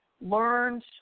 learns